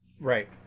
Right